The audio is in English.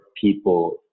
people